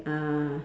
uh